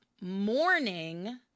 morning